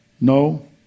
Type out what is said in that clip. no